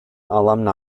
alumni